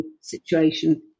situation